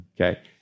Okay